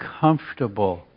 comfortable